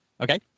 Okay